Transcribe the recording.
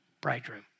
bridegroom